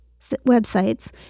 websites